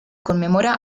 conmemora